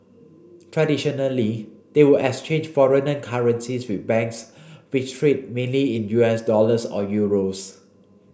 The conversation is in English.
traditionally they would exchange foreign currencies with banks which trade mainly in U S dollars or euros